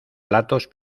platos